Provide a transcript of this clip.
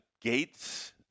gates